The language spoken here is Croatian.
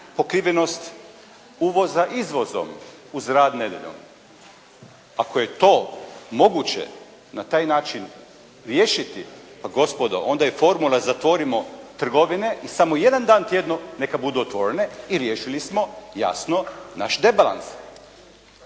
pokrivenost uvoza izvozom uz rad nedjeljom. Ako je to moguće na taj način riješiti, pa gospodo onda je formula "zatvorimo trgovine" i samo jedan dan tjedno neka budu otvorene i riješili smo jasno naš debalans.